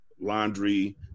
laundry